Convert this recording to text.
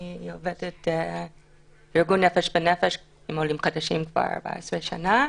אני עובדת בארגון 'נפש בנפש' עם עולים חדשים כבר 14 שנה,